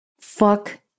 Fuck